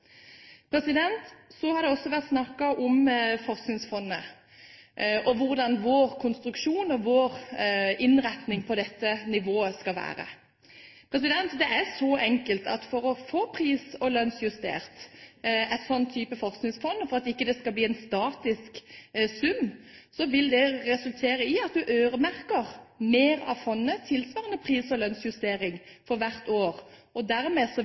Så har det også vært snakket om Forskningsfondet og hvordan vår konstruksjon og vår innretning på dette nivået skal være. Det er så enkelt som at for å få pris- og lønnsjustert en sånn type forskningsfond for at det ikke skal bli en statisk sum, vil man måtte øremerke mer av fondet tilsvarende pris- og lønnsjustering for hvert år, og dermed